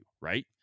right